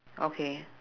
okay